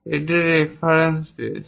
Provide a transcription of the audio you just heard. এটি reference base